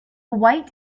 white